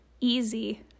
easy